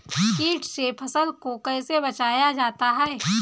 कीट से फसल को कैसे बचाया जाता हैं?